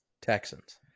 Texans